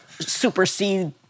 supersede